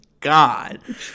God